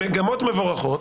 מגמות מבורכות,